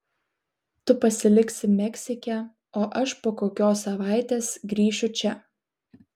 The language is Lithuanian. tu pasiliksi meksike o aš po kokios savaitės grįšiu čia